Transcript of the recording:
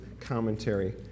commentary